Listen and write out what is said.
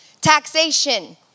Taxation